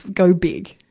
go big.